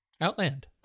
Outland